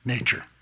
Nature